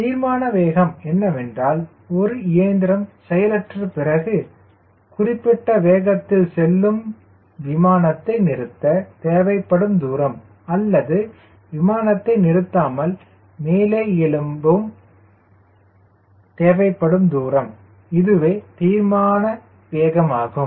எனவே தீர்மான வேகம் என்னவென்றால் ஒரு இயந்திரம் செயலற்ற பிறகு குறிப்பிட்ட வேகத்தில் செல்லும் விமானத்தை நிறுத்த தேவைப்படும் தூரம் அல்லது விமானத்தை நிறுத்தாமல் மேலே எழும்ப தேவைப்படும் தூரம் இதுவே தீர்மான வேகம் ஆகும்